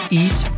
eat